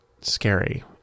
scary